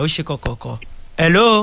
Hello